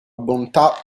bontà